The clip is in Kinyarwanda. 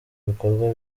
bikorwa